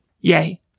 yay